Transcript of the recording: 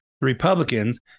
Republicans